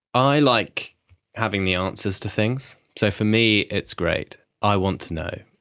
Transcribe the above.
i like having the answers to things. so for me it's great. i want to know.